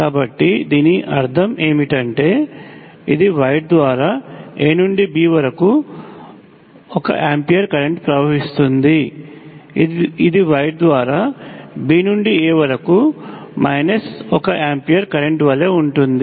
కాబట్టి దీని అర్థం ఏమిటంటే ఇది వైర్ ద్వారా A నుండి B వరకు 1 ఆంపియర్ కరెంట్ ప్రవహిస్తుంది ఇది వైర్ ద్వారా B నుండి A వరకు మైనస్ వన్ ఆంప్ కరెంట్ వలె ఉంటుంది